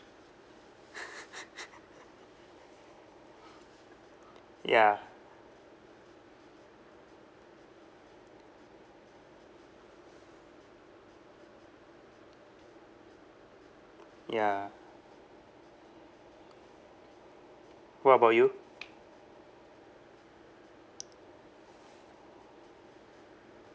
ya ya what about you